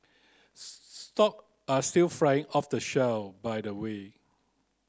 stock are still flying off the shelves by the way